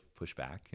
pushback